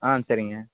ஆ சரிங்க